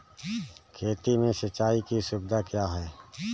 खेती में सिंचाई की सुविधा क्या है?